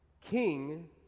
king